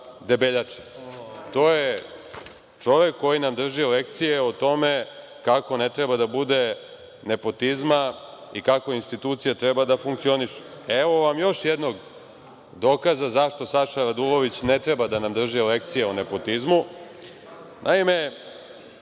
Debeljača. To je čovek koji nam drži lekcije o tome kako ne treba da bude nepotizma i kako institucija treba da funkcioniše. Evo vam još jednog dokaza zašto Saša Radulović ne treba da nam drži lekcije o nepotizmu. Naime,